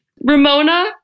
Ramona